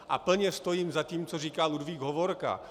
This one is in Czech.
A plně stojím za tím, co říkal Ludvík Hovorka.